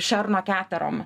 šerno keterom